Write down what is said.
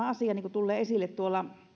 asia tulee esille